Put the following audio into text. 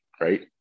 right